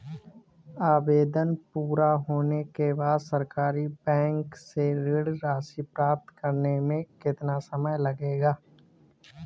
आवेदन पूरा होने के बाद सरकारी बैंक से ऋण राशि प्राप्त करने में कितना समय लगेगा?